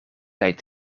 tijd